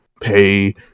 pay